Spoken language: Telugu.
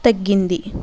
తగ్గింది